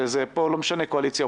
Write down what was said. ופה לא משנה קואליציה,